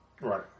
Right